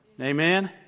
Amen